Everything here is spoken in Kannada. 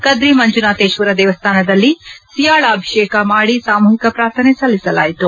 ಕದ್ರಿ ಮಂಜುನಾಥೇಶ್ವರ ದೇವಸ್ಥಾನದಲ್ಲಿ ಸಿಯಾಳಾಭಿಷೇಕ ಮಾದಿ ಸಾಮೂಹಿಕ ಪ್ರಾರ್ಥನೆ ಸಲ್ಲಿಸಲಾಯಿತು